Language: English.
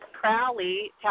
Crowley